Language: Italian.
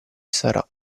sarà